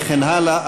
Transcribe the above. וכן הלאה,